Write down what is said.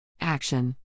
Action